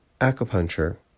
acupuncture